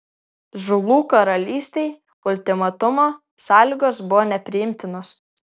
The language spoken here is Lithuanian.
zulų karalystei ultimatumo sąlygos buvo nepriimtinos